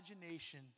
imagination